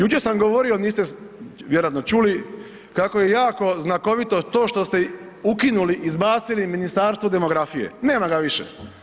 Jučer sam govorio, niste vjerojatno čuli, kako je jako znakovito to što ste ukinuli, izbacili Ministarstvo demografije, nema ga više.